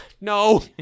No